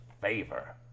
favor